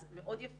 זה מאוד יפה,